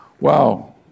wow